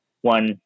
One